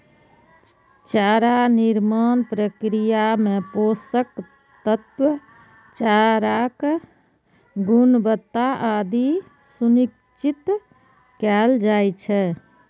चारा निर्माण प्रक्रिया मे पोषक तत्व, चाराक गुणवत्ता आदि सुनिश्चित कैल जाइ छै